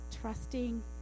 trusting